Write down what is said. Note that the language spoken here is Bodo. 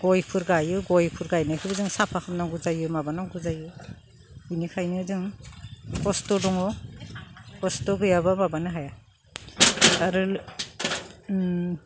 गयफोर गायो गयफोर गायनायखौबो जों साफा खालामनांगौ जायो माबा नांगौ जायो बिनिखायनो जों खस्थ' दङ खस्थ' गैयाब्ला माबानो हाया आरो